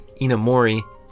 Inamori